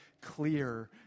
clear